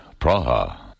Praha